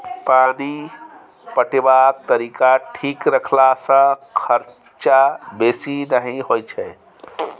पानि पटेबाक तरीका ठीक रखला सँ खरचा बेसी नहि होई छै